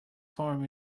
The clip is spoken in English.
farm